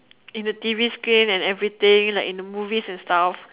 in the T_V screen and everything like in the movies and stuff